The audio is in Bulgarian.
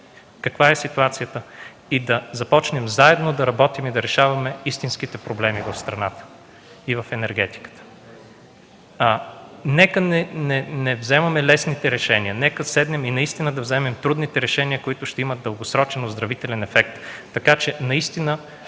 каква е ситуацията и да започнем заедно да работим и да решаваме истинските проблеми в страната и в енергетиката. Нека не вземаме лесните решения. Нека да седнем и наистина да вземем трудните решения, които ще имат дългосрочен оздравителен ефект, така че наистина